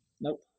Nope